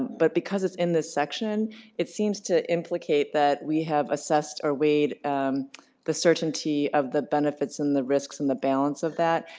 but because it's in this section it seems to implicate that we have assessed or weighed um the certainty of the benefits and the risks and the balance of that.